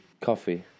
Coffee